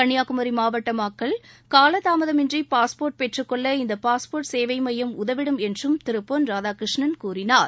கன்னியாகுமரி மாவட்ட மக்கள் காலத்தாமதமின்றி பாஸ்போர்ட் பெற்றுக்கொள்ள இந்த பாஸ்போர்ட் சேவை மையம் உதவிடும் என்றும் திரு பொன் ராதாகிருஷ்ணன் கூறினார்